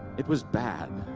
it was bad